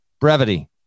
brevity